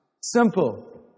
Simple